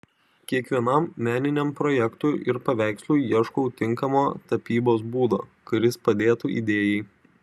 kiekvienam meniniam projektui ir paveikslui ieškau tinkamo tapybos būdo kuris padėtų idėjai